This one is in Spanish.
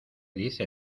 dice